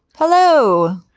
hello.